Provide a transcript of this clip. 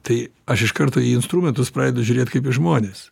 tai aš iš karto į instrumentus pradedu žiūrėt kaip į žmones